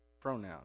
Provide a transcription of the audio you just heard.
pronoun